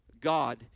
God